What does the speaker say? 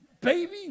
baby